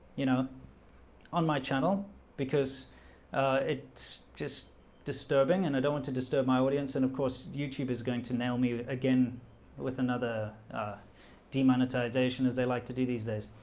you know on my channel because it's just disturbing and i don't want to disturb my audience. and of course youtube is going to nail me again with another d monetization as they'd like to do these days.